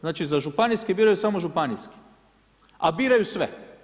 Znači, za županijski biraju samo županijske, a biraju sve.